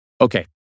Okay